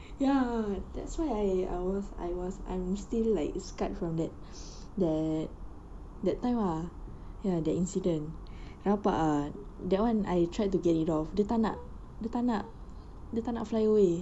ya that's why I was I was I'm still like scarred from that that that time ah ya the incident rabak ah that one I tried to get it off dia tak nak dia tak nak dia tak nak fly away